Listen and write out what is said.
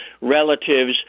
relatives